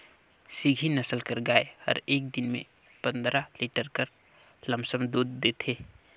सिंघी नसल कर गाय हर एक दिन में पंदरा लीटर कर लमसम दूद देथे